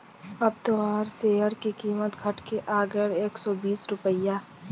अब तोहार सेअर की कीमत घट के आ गएल एक सौ बीस रुपइया